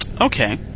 Okay